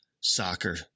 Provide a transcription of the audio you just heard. soccer